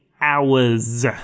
hours